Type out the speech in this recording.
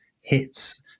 hits